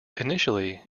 initially